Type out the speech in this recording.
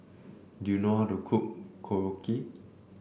do you know how to cook Korokke